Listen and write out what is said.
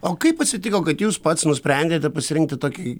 o kaip atsitiko kad jūs pats nusprendėte pasirinkti tokį